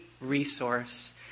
resource